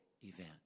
event